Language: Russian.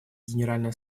генеральной